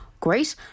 Great